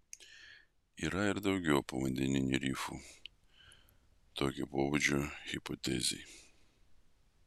yra ir daugiau povandeninių rifų tokio pobūdžio hipotezei